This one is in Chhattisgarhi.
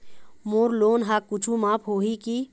मोर लोन हा कुछू माफ होही की?